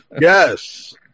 Yes